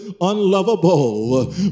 unlovable